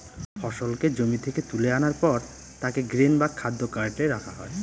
ফসলকে জমি থেকে তুলে আনার পর তাকে গ্রেন বা খাদ্য কার্টে রাখা হয়